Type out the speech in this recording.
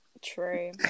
True